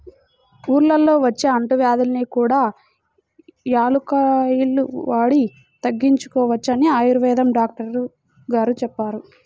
ఊళ్ళల్లో వచ్చే అంటువ్యాధుల్ని కూడా యాలుక్కాయాలు వాడి తగ్గించుకోవచ్చని ఆయుర్వేదం డాక్టరు గారు చెప్పారు